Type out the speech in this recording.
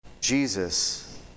Jesus